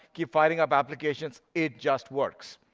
keep firing up applications. it just works.